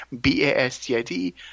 B-A-S-T-I-D